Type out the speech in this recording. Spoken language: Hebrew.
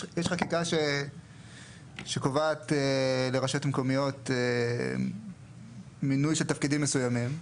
יש חקיקה שקובעת לרשויות מקומיות מינוי של תפקידים מסוימים.